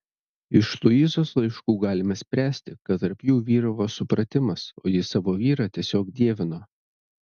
iš luizos laiškų galime spręsti kad tarp jų vyravo supratimas o ji savo vyrą tiesiog dievino